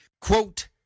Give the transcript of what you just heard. Quote